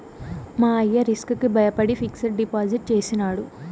మా అయ్య రిస్క్ కి బయపడి ఫిక్సిడ్ డిపాజిట్ చేసినాడు